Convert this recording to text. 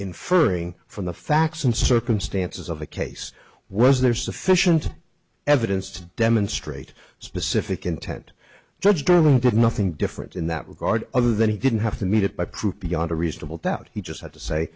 inferring from the facts and circumstances of the case was there sufficient evidence to demonstrate a specific intent judged did nothing different in that regard other than he didn't have to meet it by proof beyond a reasonable doubt he just had to say